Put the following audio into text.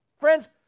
Friends